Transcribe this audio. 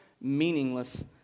meaningless